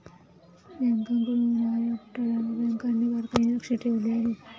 बँकांकडून होणार्या घोटाळ्यांवर बँकांनी बारकाईने लक्ष ठेवले आहे